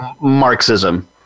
marxism